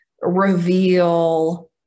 reveal